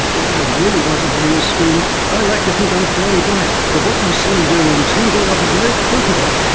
but what i really wanted to do was scream i like to think i'm fairly bright, but what you see me doing on tv offers no proof of that.